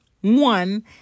one